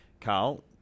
Carl